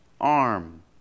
arm